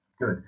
good